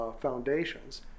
foundations